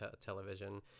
television